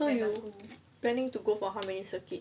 so you planning to go for how many circuit